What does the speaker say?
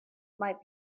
might